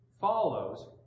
follows